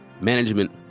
management